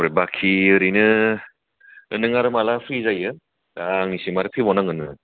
ओमफ्राय बाखि ओरैनो नों आरो माब्ला फ्रि जायो दा आंनिसिम माबोरै फैबावनांगोन नोङो